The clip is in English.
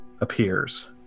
appears